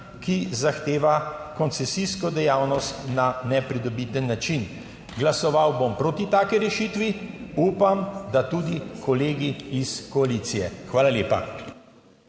ki zahteva koncesijsko dejavnost na nepridobiten način. Glasoval bom proti taki rešitvi. Upam, da tudi kolegi iz koalicije. Hvala lepa.